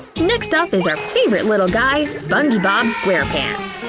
next up, is our favorite little guy, sponge bob square pants!